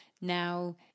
now